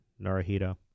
Naruhito